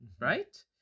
right